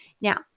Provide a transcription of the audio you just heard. Now